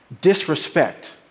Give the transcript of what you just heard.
disrespect